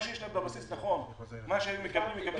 מה שיש להם בבסיס, נכון, מה שהם מקבלים הם מקבלים.